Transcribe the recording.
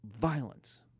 violence